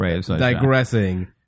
digressing